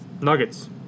Nuggets